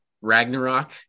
ragnarok